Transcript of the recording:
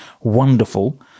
wonderful